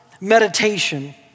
meditation